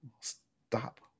stop